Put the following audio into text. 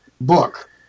book